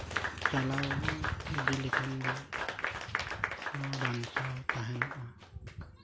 ᱪᱟᱞᱟᱣ ᱤᱫᱤ ᱞᱮᱠᱷᱟᱱ ᱡᱮᱱᱚᱣᱟ ᱵᱟᱧᱪᱟᱣ ᱛᱟᱦᱮᱱᱚᱜᱼᱟ